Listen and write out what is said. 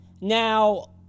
Now